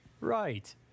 Right